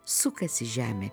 sukasi žemė